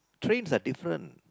trains are different